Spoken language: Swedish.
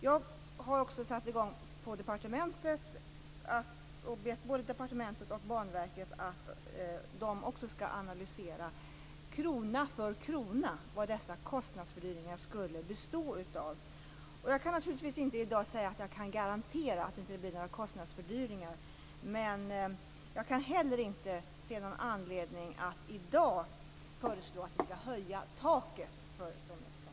Jag har bett både departementet och Banverket att krona för krona analysera vad dessa kostnadsfördyringar skulle bestå av. Jag kan naturligtvis inte i dag säga att jag kan garantera att det inte blir några kostnadsfördyringar, men jag kan heller inte se någon anledning att i dag föreslå att vi skall höja taket för stomnätsplanen.